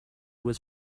was